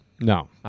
No